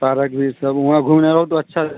park भी सब वहाँ घूमने आओ तो अच्छा